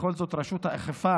בכל זאת רשות האכיפה